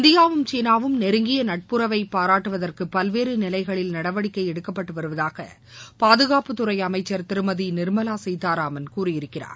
இந்தியாவும் சீனாவும் நெருங்கிய நட்புறவை பாராட்டுவதற்கு பல்வேறு நிலைகளில் நடவடிக்கை எடுக்கப்பட்டு வருவதாக பாதுகாப்புத்துறை அமைச்சர் திருமதி நிர்மலா சீதாராமன் கூறியிருக்கிறார்